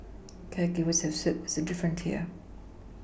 caregivers have said that it's different here